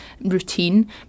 routine